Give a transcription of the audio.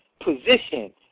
position